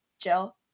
Jill